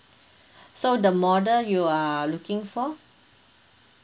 so the model you are looking for